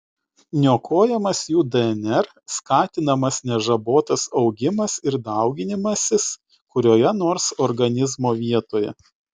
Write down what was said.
niokojamas jų dnr skatinamas nežabotas augimas ir dauginimasis kurioje nors organizmo vietoje